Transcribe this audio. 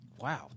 wow